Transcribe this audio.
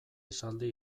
esaldi